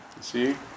see